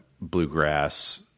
bluegrass